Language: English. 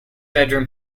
bedroom